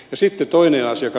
sitten toinen asia